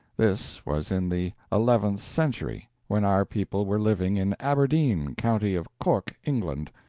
this was in the eleventh century, when our people were living in aberdeen, county of cork, england.